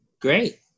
Great